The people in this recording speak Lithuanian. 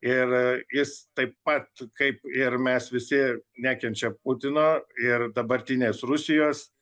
ir jis taip pat kaip ir mes visi nekenčia putino ir dabartinės rusijos